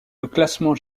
classement